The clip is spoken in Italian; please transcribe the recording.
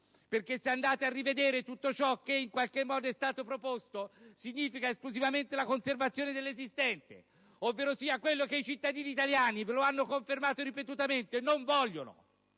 se andate a rivedere tutto ciò che in qualche modo è stato proposto, significa esclusivamente la conservazione dell'esistente, ovverosia quello che i cittadini italiani - ve lo hanno confermato ripetutamente - non vogliono!